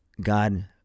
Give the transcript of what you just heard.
God